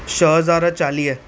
छह हज़ार चालीह